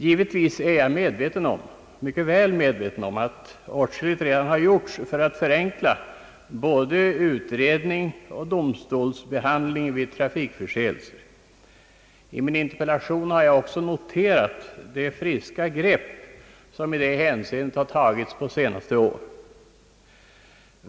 Givetvis är jag väl medveten om att åtskilligt redan gjorts för att förenkla både utredning och domstolsbehandling vid trafikförseelser. I min interpellation har jag också noterat »det friska grepp» som i dessa hänseenden tagits på senare år.